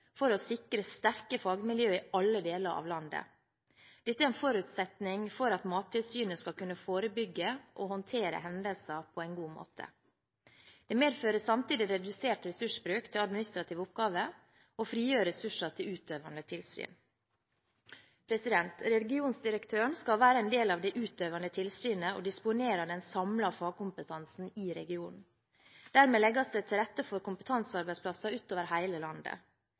for å sikre sterke fagmiljøer i alle deler av landet. Dette er en forutsetning for at Mattilsynet skal kunne forebygge og håndtere hendelser på en god måte. Det medfører samtidig redusert ressursbruk til administrative oppgaver og frigjør ressurser til utøvende tilsyn. Regiondirektøren skal være en del av det utøvende tilsynet og disponerer den samlede fagkompetansen i regionen. Dermed legges det til rette for kompetansearbeidsplasser utover hele landet.